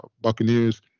Buccaneers